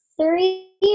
three